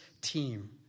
team